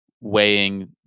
weighing